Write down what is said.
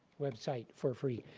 website for free.